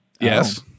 Yes